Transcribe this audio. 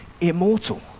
immortal